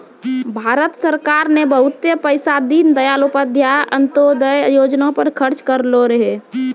भारत सरकार ने बहुते पैसा दीनदयाल उपाध्याय अंत्योदय योजना पर खर्च करलो रहै